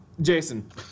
Jason